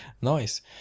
nice